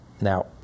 Now